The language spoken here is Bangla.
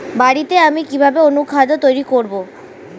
বাড়িতে আমি কিভাবে অনুখাদ্য তৈরি করব?